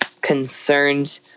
concerned